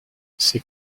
ces